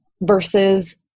versus